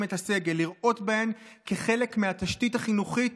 את הסגל ולראות בהן חלק מהתשתית החינוכית